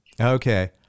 Okay